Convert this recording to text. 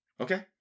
Okay